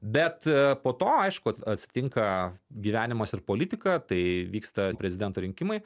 bet ee po to aišku ats atsitinka gyvenimas ir politika tai vyksta prezidento rinkimai